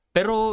Pero